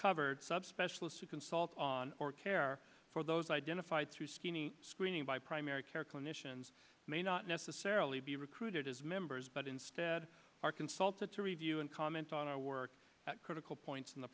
covered subspecialists we consult on or care for those identified through skinny screening by primary care clinicians may not necessarily be recruited as members but instead are consulted to review and comment on our work at critical points in the